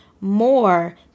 more